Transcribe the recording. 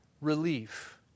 relief